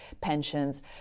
pensions